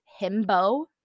himbo